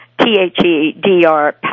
T-H-E-D-R